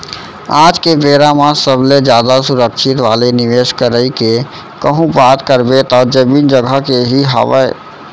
आज के बेरा म सबले जादा सुरक्छित वाले निवेस करई के कहूँ बात करबे त जमीन जघा के ही हावय